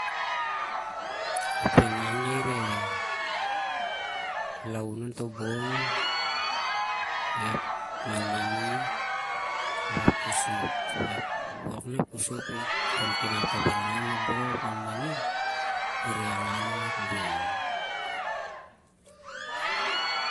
Ep inang na ireh laun onto bong epi manmeri ap ep kusup. Ep wok nunep kusupkon kinau toh baran nanganon ep bong ap ep manmani ireh angan on ep bong